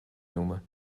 noemen